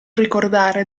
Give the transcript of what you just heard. ricordare